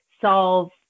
solve